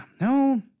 no